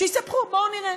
שיספחו, בואו נראה.